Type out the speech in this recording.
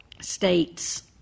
states